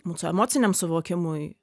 mūsų emociniam suvokimui